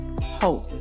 hope